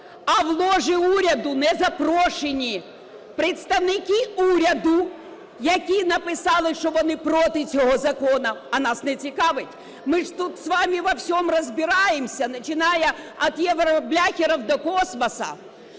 а в ложі уряду не запрошені представники уряду, які написали, що вони проти цього закону? А нас не цікавить, мы же тут с вами во всем разбираемся, начиная от "евробляхеров" до космосу,